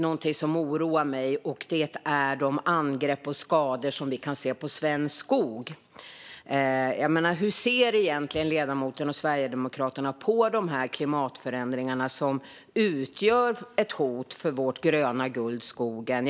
Något som oroar mig är de angrepp och skador vi ser på svensk skog. Hur ser ledamoten och Sverigedemokraterna på de klimatförändringar som utgör ett hot mot vårt gröna guld skogen?